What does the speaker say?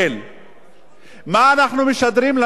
מה אנחנו משדרים למשפחות החללים?